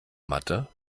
matte